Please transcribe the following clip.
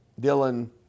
Dylan